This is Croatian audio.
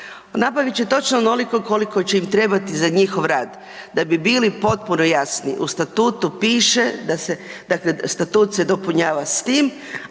Nabavit će točno onoliko koliko će im trebati za njihov rad. Da bi bili potpuno jasni u statutu piše da se, dakle statut se dopunjava s tim,